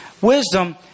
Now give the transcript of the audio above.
Wisdom